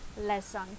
lesson